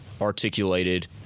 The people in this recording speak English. articulated